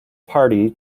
party